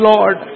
Lord